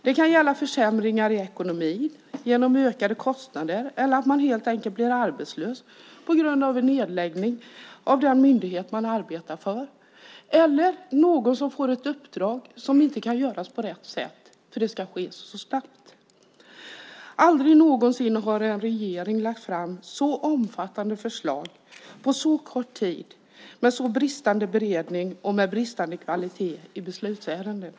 Det kan gälla försämringar i ekonomin genom ökade kostnader eller att man helt enkelt blir arbetslös på grund av en nedläggning av den myndighet man arbetar för eller att någon får ett uppdrag som inte kan göras på rätt sätt för att det ska ske så snabbt. Aldrig någonsin har en regering lagt fram så omfattande förslag på så kort tid med så bristande beredning och bristande kvalitet i beslutsärenden.